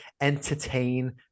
entertain